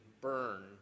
burn